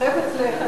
תמיד.